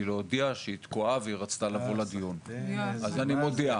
להודיע שהיא תקועה והיא רצתה לבוא לדיון אז אני מודיע.